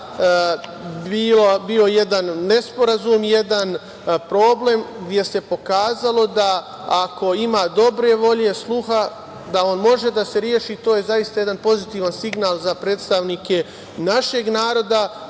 zaista bio jedan nesporazum i jedan problem, gde se pokazalo da ako ima dobre volje, sluha, da on može da se reši. To je zaista jedan pozitivan signal za predstavnike našeg naroda.